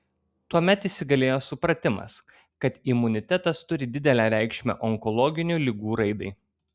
tuomet įsigalėjo supratimas kad imunitetas turi didelę reikšmę onkologinių ligų raidai